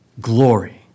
glory